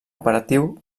operatiu